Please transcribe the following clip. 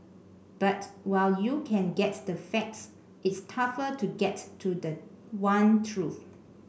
but while you can get the facts it's tougher to get to the one truth